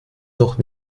noch